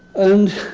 and,